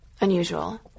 unusual